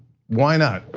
why not?